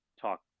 talk